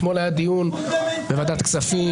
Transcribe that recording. אתמול היה דיון בוועדת כספים.